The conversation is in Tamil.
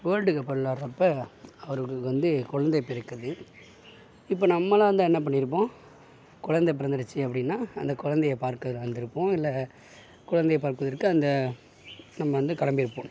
வேர்ல்டு கப்பை விளாட்றப்ப அவருக்கு வந்து கொழந்தை பிறக்குது இப்போ நம்மளா இருந்தால் என்ன பண்ணியிருப்போம் கொழந்த பிறந்துடிச்சு அப்படின்னா அந்த கொழந்தைய பார்க்க வந்துருப்போம் இல்லை கொழந்தைய பார்ப்பதற்கு அங்கே நம்ம வந்து கிளம்பி இருப்போம்